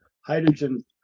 hydrogen